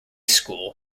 school